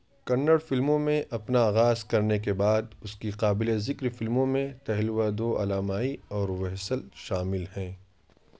کنڑ فلموں میں اپنا آغاز کرنے کے بعد اس کی قابل ذکر فلموں میں تہلوادو الامائی اور وہسل شامل ہیں